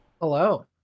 hello